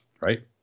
right